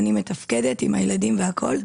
אני מתפקדת עם הילדים והכול.